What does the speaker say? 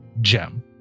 gem